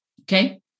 okay